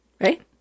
right